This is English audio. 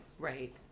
Right